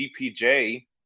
DPJ